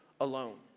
alone